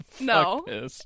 no